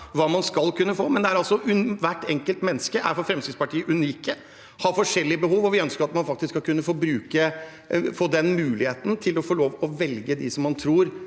hva man skal kunne få. Men hvert enkelt menneske er altså unikt for Fremskrittspartiet. De har forskjellige behov, og vi ønsker at man faktisk skal kunne få den muligheten til å få lov å velge dem man tror